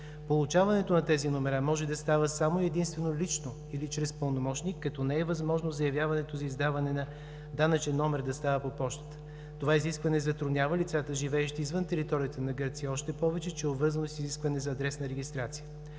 Получаването на тези номера може да става само и единствено лично или чрез пълномощник, като не е възможно заявяването за издаване на данъчен номер да става по пощата. Това изискване затруднява лицата, живеещи извън територията на Гърция, още повече че е обвързано с изискване за адресна регистрация.